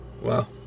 Wow